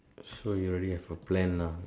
so you already have a plan lah